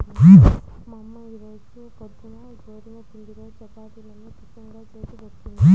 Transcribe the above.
మా అమ్మ ఈ రోజు పొద్దున్న గోధుమ పిండితో చపాతీలను టిఫిన్ గా చేసిపెట్టింది